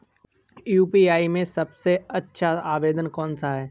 UPI में सबसे अच्छा आवेदन कौन सा होता है?